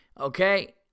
okay